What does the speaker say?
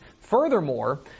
Furthermore